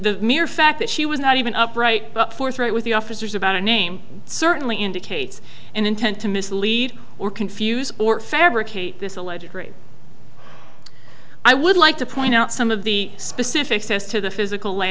the mere fact that she was not even upright but forthright with the officers about a name certainly indicates an intent to mislead or confuse or fabricate this alleged rape i would like to point out some of the specifics as to the physical